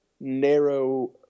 narrow